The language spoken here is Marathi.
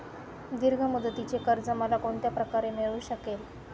दीर्घ मुदतीचे कर्ज मला कोणत्या प्रकारे मिळू शकेल?